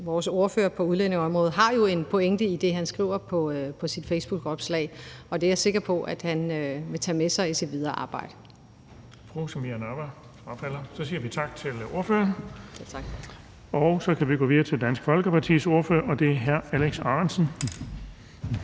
vores ordfører på udlændingeområdet, har jo en pointe i det, han skriver på sit facebookopslag, og det er jeg sikker på han vil tage med sig i sit videre arbejde. Kl. 18:56 Den fg. formand (Erling Bonnesen): Så siger vi tak til ordføreren, og så kan vi gå videre til Dansk Folkepartis ordfører, og det er hr. Alex Ahrendtsen.